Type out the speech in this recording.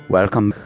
Welcome